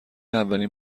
اولین